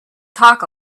talk